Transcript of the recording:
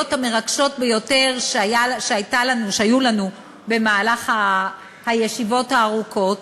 המרגשות ביותר ששמענו במהלך הישיבות הארוכות,